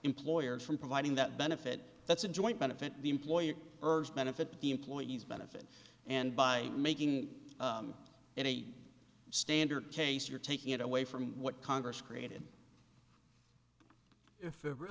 mployers from providing that benefit that's a joint benefit the employer urged benefit the employees benefit and by making it a standard case you're taking it away from what congress created if